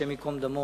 השם ייקום דמו,